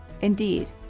Indeed